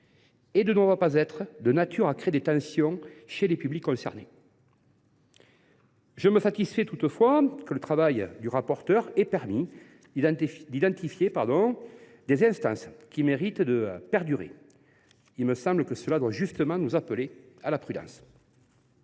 ne doit pas être de nature à créer des tensions au sein des publics concernés. Je me satisfais toutefois que le travail du rapporteur ait permis d’identifier des instances qui méritent de perdurer. Un tel résultat doit justement nous appeler à la prudence.